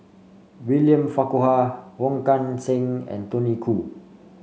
William Farquhar Wong Kan Seng and Tony Khoo